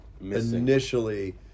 initially